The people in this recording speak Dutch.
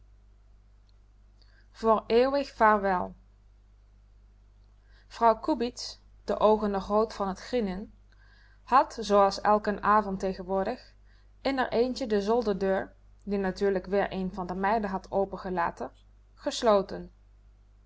voor eeuwig vaarwel frau kubitz de oogen nog rood van t grienen had zooals eiken avond tegenwoordig in r eentje de zolderdeur die natuurlijk weer een van de meiden had open gelaten gesloten